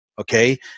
okay